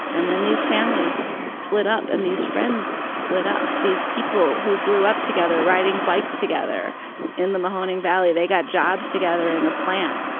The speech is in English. and then these families split up and these friends split up. these people who grew up together, riding bikes together in the mahoning valley, they got jobs together in the plant.